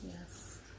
Yes